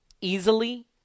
easily